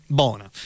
buona